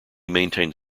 maintained